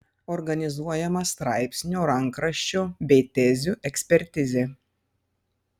organizuojama straipsnio rankraščio bei tezių ekspertizė